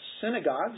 synagogues